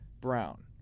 Brown